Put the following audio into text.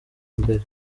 mbere